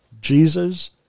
Jesus